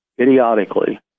idiotically